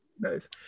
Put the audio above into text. nice